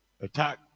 attack